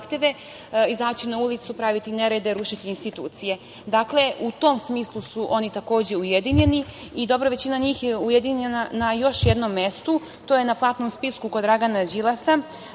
izaći na ulicu, praviti nerede, rušiti institucije. Dakle, u tom smislu su oni, takođe ujedinjeni. Dobra većina njih je ujedinjena na još jednom mestu, to je na platnom spisku kod Dragana Đilasa.